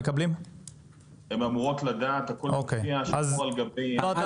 הכול מופיע שחור על גבי --- אתה לא צריך להוסיף.